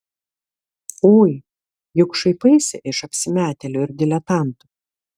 ui juk šaipaisi iš apsimetėlių ir diletantų